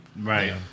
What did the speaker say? Right